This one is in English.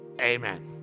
amen